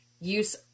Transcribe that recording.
use